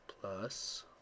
Plus